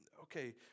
Okay